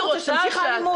שתמשיך האלימות?